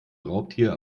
raubtier